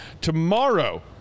Tomorrow